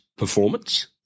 performance